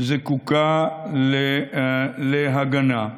זקוקה להגנה.